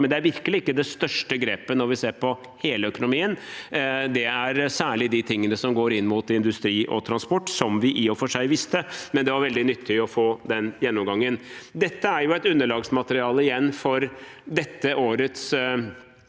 men det er virkelig ikke det største grepet når vi ser på hele økonomien. Det gjelder særlig de tingene som går inn mot industri og transport, som vi i og for seg visste, men det var veldig nyttig å få den gjennomgangen. Dette er igjen et underlagsmateriale for dette årets